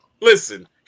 Listen